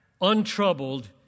untroubled